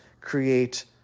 create